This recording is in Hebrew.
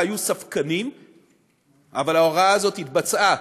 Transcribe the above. היו ספקנים אבל ההוראה הזו התבצעה.